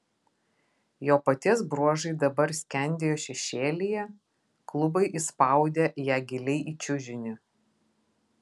jo paties bruožai dabar skendėjo šešėlyje klubai įspaudė ją giliai į čiužinį